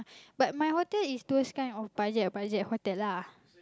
but my hotel is those kind of budget budget hotel lah